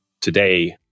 today